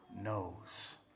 knows